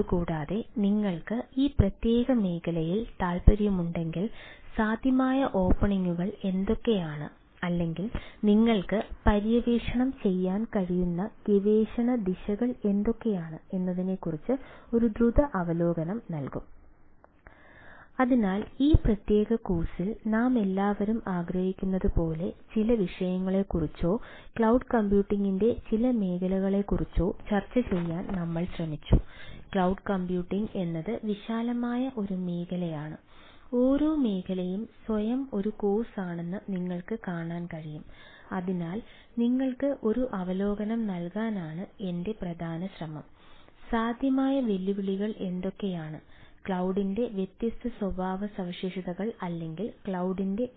അതുകൂടാതെ നിങ്ങൾക്ക് ഈ പ്രത്യേക മേഖലയിൽ താൽപ്പര്യമുണ്ടെങ്കിൽ സാധ്യമായ ഓപ്പണിംഗുകൾ എന്തൊക്കെയാണ് അല്ലെങ്കിൽ നിങ്ങൾക്ക് പര്യവേക്ഷണം ചെയ്യാൻ കഴിയുന്ന ഗവേഷണ ദിശകൾ എന്തൊക്കെയാണ് എന്നതിനെക്കുറിച്ച് ഒരു ദ്രുത അവലോകനം നൽകും അതിനാൽ ഈ പ്രത്യേക കോഴ്സിൽ നാമെല്ലാവരും ആഗ്രഹിക്കുന്നതുപോലെ ചില വിഷയങ്ങളെക്കുറിച്ചോ ക്ലൌഡ് കമ്പ്യൂട്ടിംഗിന്റെ